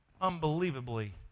unbelievably